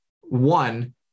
One